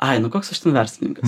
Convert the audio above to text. ai nu koks aš ten verslininkas